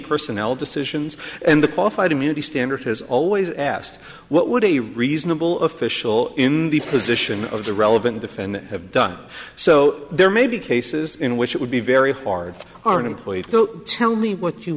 personnel decisions and the qualified immunity standard has always asked what would a reasonable official in the position of the relevant defendant have done so there may be cases in which it would be very hard are employed so tell me what you